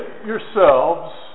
yourselves